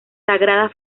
sagrada